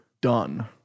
done